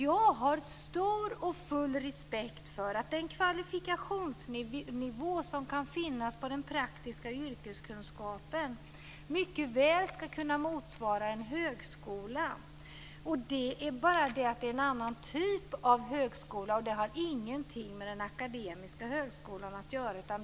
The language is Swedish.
Jag har stor och full respekt för att den kvalifikationsnivå som kan finnas på den praktiska yrkeskunskapen mycket väl ska kunna motsvara en högskola. Det är bara det att det är en annan typ av högskola, och den har ingenting med den akademiska högskolan att göra.